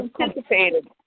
anticipated